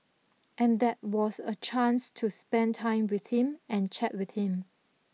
and that was a chance to spend time with him and chat with him